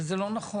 וזה לא נכון.